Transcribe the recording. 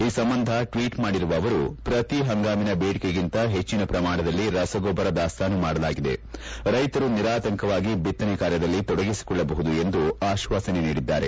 ಈ ಸಂಬಂಧ ಟ್ವೀಟ್ ಮಾಡಿರುವ ಅವರು ಪ್ರತಿ ಪಂಗಾಮಿನ ಬೇಡಿಕೆಗಿಂತ ಹೆಚ್ಚಿನ ಪ್ರಮಾಣದಲ್ಲಿ ರಸಗೊಬ್ಬರ ದಾಸ್ತಾನು ಮಾಡಲಾಗಿದೆ ರೈತರು ನಿರಾತಂಕವಾಗಿ ಬಿತ್ತನೆ ಕಾರ್ಯದಲ್ಲಿ ತೊಡಗಿಸಿಕೊಳ್ಳಬಹುದು ಎಂದು ಆಶ್ವಾಸನೆ ನೀಡಿದ್ದಾರೆ